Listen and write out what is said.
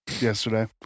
yesterday